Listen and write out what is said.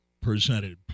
presented